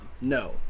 No